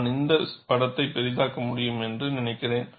நான் இந்த படத்தை பெரிதாக்க முடியும் என்று நினைக்கிறேன்